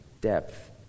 depth